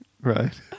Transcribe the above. Right